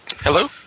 Hello